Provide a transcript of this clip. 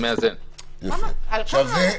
היא מאזנת.